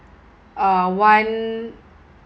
uh one